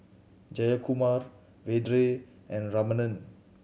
Jayakumar Vedre and Ramanand